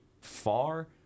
far